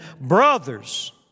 Brothers